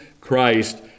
Christ